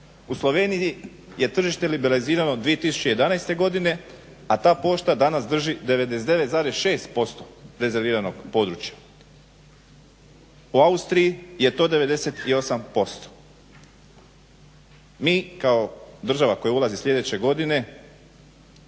U Sloveniji je tržište liberalizirano 2011. godine, a ta pošta danas drži 99,6% rezerviranog područja. U Austriji je to 98%. Mi kao država koja ulazi sljedeće godine